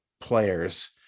players